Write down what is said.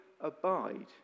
abide